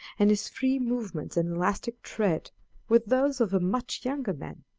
and his free movements and elastic tread were those of a much younger man.